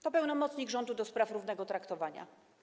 To pełnomocnik rządu do spraw równego traktowania.